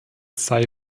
sei